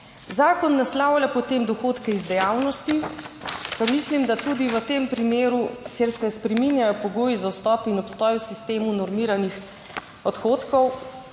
Zakon naslavlja potem dohodke iz dejavnosti, pa mislim, da tudi v tem primeru, kjer se spreminjajo pogoji za vstop in obstoj v sistemu normiranih odhodkov